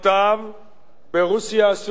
ברוסיה הסובייטית המדכאת.